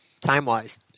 time-wise